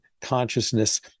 consciousness